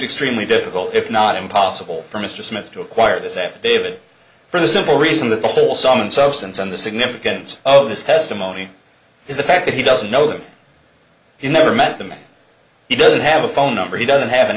extremely difficult if not impossible for mr smith to acquire this affidavit for the simple reason that the whole sum and substance on the significance of his testimony is the fact that he doesn't know that he never met them and he doesn't have a phone number he doesn't have an